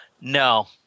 No